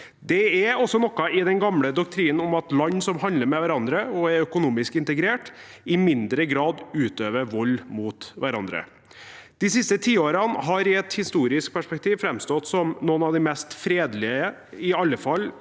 Det er også noe i den gamle doktrinen om at land som handler med hverandre og er økonomisk integrerte, i mindre grad utøver vold mot hverandre. De siste tiårene har i et historisk perspektiv framstått som noen av de mest fredelige, i alle fall